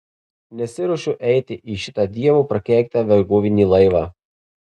nesiruošiu eiti į šitą dievo prakeiktą vergovinį laivą